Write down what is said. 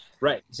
Right